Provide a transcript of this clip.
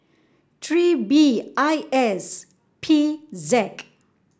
three B I S P Z